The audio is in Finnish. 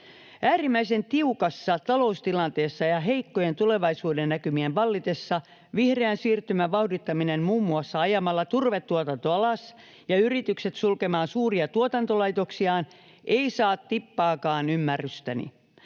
Äärimmäisen tiukassa taloustilanteessa ja heikkojen tulevaisuudennäkymien vallitessa vihreän siirtymän vauhdittaminen muun muassa ajamalla turvetuotanto alas ja yritykset sulkemaan suuria tuotantolaitoksiaan ei saa tippaakaan ymmärrystäni.